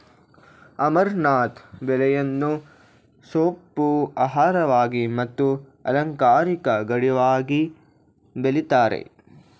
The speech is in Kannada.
ಅಮರ್ನಾಥ್ ಬೆಳೆಯನ್ನು ಸೊಪ್ಪು, ಆಹಾರವಾಗಿ ಮತ್ತು ಅಲಂಕಾರಿಕ ಗಿಡವಾಗಿ ಬೆಳಿತರೆ